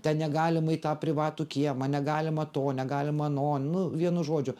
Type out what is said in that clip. ten negalima į tą privatų kiemą negalima to negalima ano nu vienu žodžiu